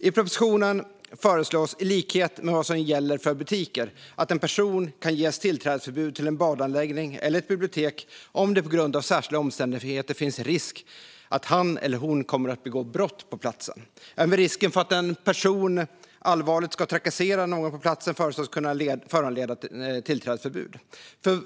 I propositionen föreslås, i likhet med vad som gäller för butiker, att en person ska kunna ges tillträdesförbud till en badanläggning eller ett bibliotek om det på grund av särskilda omständigheter finns risk att han eller hon kommer att begå brott på platsen. Även risken för att en person allvarligt ska trakassera någon på platsen föreslås kunna föranleda ett tillträdesförbud.